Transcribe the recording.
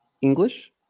English